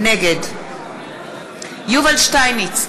נגד יובל שטייניץ,